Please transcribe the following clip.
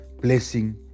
blessing